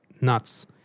nuts